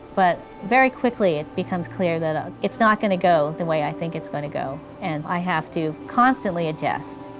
but very quickly it becomes clear that it's not going to go the way i think it's going to go. and i have to constantly adjust.